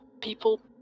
people